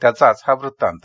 त्याचाच हा वृत्तांत